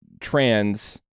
trans